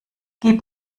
gib